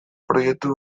proiektu